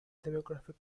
demographic